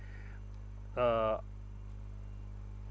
uh